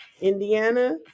Indiana